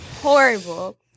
Horrible